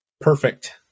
perfect